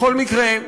בכל מקרה,